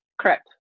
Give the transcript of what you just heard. Correct